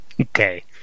okay